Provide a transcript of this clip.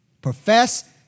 profess